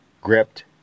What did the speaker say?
gripped